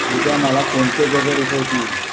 उद्या मला कोणते गजर उठवतील